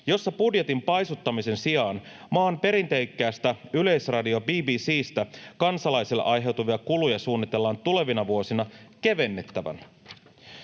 jossa budjetin paisuttamisen sijaan maan perinteikkäästä yleisradiosta BBC:stä kansalaisille aiheutuvia kuluja suunnitellaan tulevina vuosina kevennettävän.